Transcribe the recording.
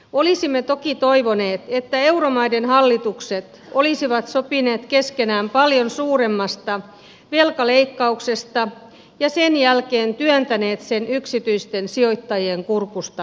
olisimme toki toivoneet että euromaiden hallitukset olisivat sopineet keskenään paljon suuremmasta velkaleikkauksesta ja sen jälkeen työntäneet sen yksityisten sijoittajien kurkusta alas